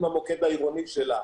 עם המוקד העירוני שלה,